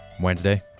Wednesday